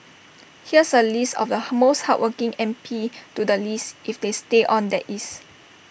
here's A list of the most hardworking M P to the least if they stay on that is